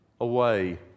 away